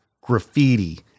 graffiti